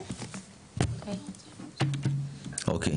אוקיי.